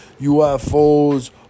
UFOs